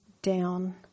down